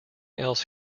else